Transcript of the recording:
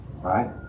right